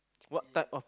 what type of